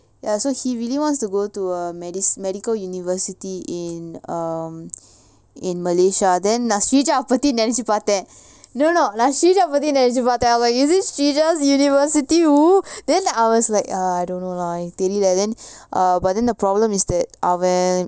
ya so he really wants to go to a medi~ medical university in um in malaysia then நா:naa sreeja வ பத்தி நெனச்சி பாத்தேன்:va paththi nenachi paathaen no no நா:naa sreeja வ பத்தி நெனச்சி பாத்தேன்:va paththi nenachi paathaen sreejas university oo then I was like ah I don't know lah தெரில:therila then err but then the problem is that அவன்:avan